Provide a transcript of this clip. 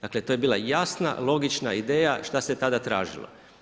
Dakle to je bila jasna, logična ideja šta se tada tražilo.